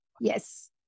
Yes